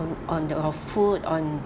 on on the food on